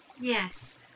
Yes